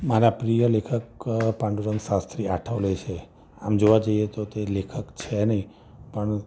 મારા પ્રિય લેખક પાંડુરંગ શાસ્ત્રી આઠવલે છે આમ જોવા જઈએ તો તે લેખક છે નહીં પણ